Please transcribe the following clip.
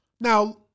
Now